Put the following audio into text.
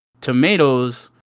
Tomatoes